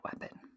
weapon